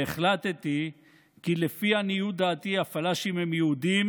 והחלטתי כי לפי עניות דעתי הפלאשים הם יהודים